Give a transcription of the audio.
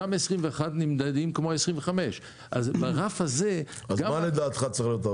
אותם 21 נמדדים כמו 25. אז מה לדעתך צריך להיות?